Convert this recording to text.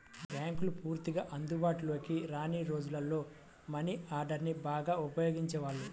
బ్యేంకులు పూర్తిగా అందుబాటులోకి రాని రోజుల్లో మనీ ఆర్డర్ని బాగా ఉపయోగించేవాళ్ళు